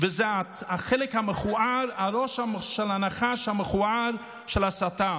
זה החלק המכוער, הראש של הנחש המכוער של ההסתה.